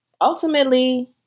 Ultimately